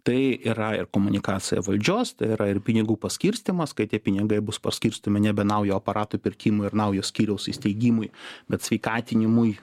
tai yra ir komunikacija valdžios tai yra ir pinigų paskirstymas kai tie pinigai bus paskirstomi nebe naujo aparatų pirkimui ir naujo skyriaus įsteigimui bet sveikatinimui